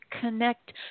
connect